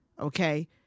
Okay